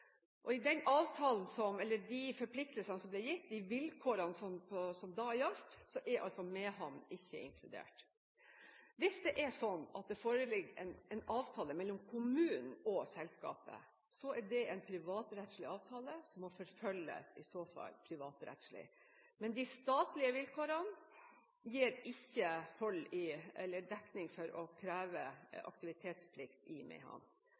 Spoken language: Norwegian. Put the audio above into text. de forpliktelsene og de vilkårene som da gjaldt, er Mehamn ikke inkludert. Hvis det er sånn at det foreligger en avtale mellom kommunen og selskapet, er det en privatrettslig avtale som i så fall må forfølges privatrettslig. Men de statlige vilkårene gir ikke dekning for å kreve aktivitet i